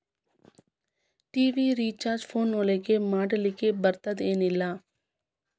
TV recharge phone ಒಳಗ ಮಾಡ್ಲಿಕ್ ಬರ್ತಾದ ಏನ್ ಇಲ್ಲ?